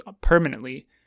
permanently